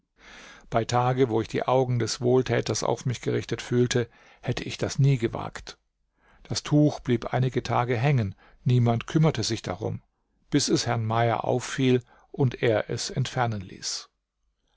bei tage wo ich die augen des wohltäters auf mich gerichtet fühlte hätte ich das nie gewagt das tuch blieb einige tage hängen niemand kümmerte sich darum bis es herrn mayer auffiel und er es entfernen ließ